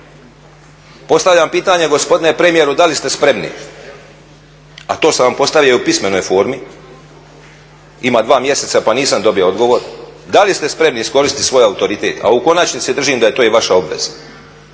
Postavljam pitanje gospodine premijeru da li ste spremni, a to sam vam postavio i u pismenoj formi ima dva mjeseca pa nisam dobio odgovor da li ste spremni iskoristiti svoj autoritet, a u konačnici držim da je to i vaša obveza,